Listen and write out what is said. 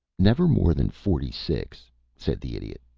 never more than forty-six, said the idiot.